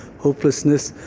hopelessness.